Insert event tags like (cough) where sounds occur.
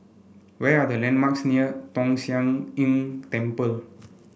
where are the landmarks near Tong Sian (unintelligible) Temple